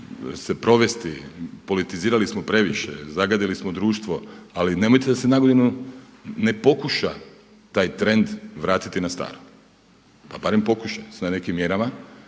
se provesti, politizirali smo previše, zagadili smo društvo, ali nemojte da se na godinu ne pokuša taj trend vratiti na staro. Pa barem pokušajte sa nekim mjerama